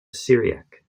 syriac